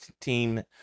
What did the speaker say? team